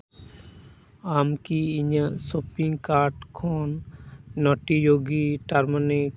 ᱟᱢ ᱠᱤ ᱤᱧᱟᱹᱜ ᱥᱚᱯᱤᱝ ᱠᱟᱨᱰ ᱠᱷᱚᱱ ᱱᱚᱴᱤᱡᱳᱜᱤ ᱴᱟᱨᱢᱳᱱᱤᱠ